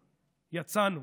--- יצאנו,